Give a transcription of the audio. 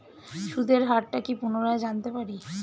সুদের হার টা কি পুনরায় জানতে পারি?